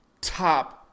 Top